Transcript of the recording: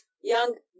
young